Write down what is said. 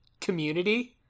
Community